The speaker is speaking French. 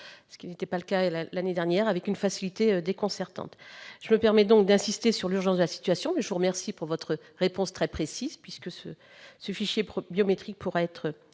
ce n'était pas le cas l'année dernière -avec une facilité déconcertante. Je me permets d'insister sur l'urgence de la situation et je vous remercie de votre réponse très précise, puisque le fichier biométrique pourra être